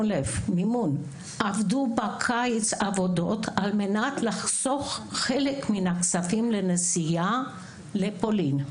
עבדו בקיץ בעבודות שונות על מנת לחסוך חלק מן הכספים לנסיעה לפולין.